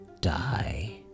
die